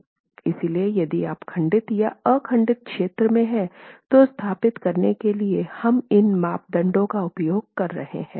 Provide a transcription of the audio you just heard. इसलिए यदि आप खंडित या अखंडित क्षेत्र में हैं तो स्थापित करने के लिए हम इन मापदंडों का उपयोग कर रहे हैं